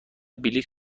بلیط